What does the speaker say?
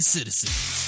Citizens